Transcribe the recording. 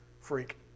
freak